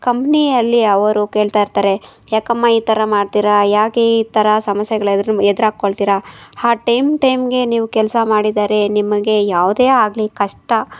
ಕಂಪ್ನಿಯಲ್ಲಿ ಅವರು ಕೇಳ್ತಾ ಇರ್ತಾರೆ ಯಾಕಮ್ಮ ಈ ಥರ ಮಾಡ್ತೀರಾ ಯಾಕೆ ಈ ಥರ ಸಮಸ್ಯೆಗಳು ಎದ್ರು ಎದ್ರು ಹಾಕ್ಕೊಳ್ತೀರಾ ಆ ಟೇಮ್ ಟೇಮ್ಗೆ ನೀವು ಕೆಲಸ ಮಾಡಿದರೆ ನಿಮಗೆ ಯಾವುದೇ ಆಗಲಿ ಕಷ್ಟ